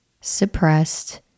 suppressed